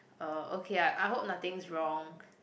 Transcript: uh okay I I hope nothing's wrong